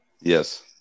Yes